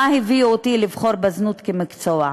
מה הביא אותי לבחור בזנות כמקצוע.